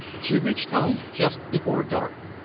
she reached home just before dark.